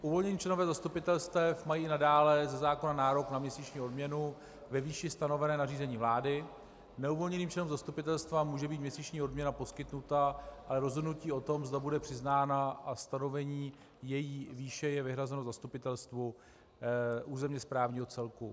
Uvolnění členové zastupitelstev mají i nadále ze zákona nárok na měsíční odměnu ve výši stanovené nařízením vlády, neuvolněným členům zastupitelstva může být měsíční odměna poskytnuta, ale rozhodnutí o tom, zda bude přiznána, a stanovení její výše je vyhrazeno zastupitelstvu územněsprávního celku.